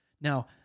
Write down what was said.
Now